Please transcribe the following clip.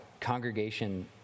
congregation